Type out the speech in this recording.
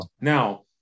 Now